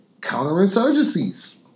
counterinsurgencies